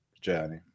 journey